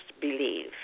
believe